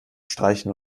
streichen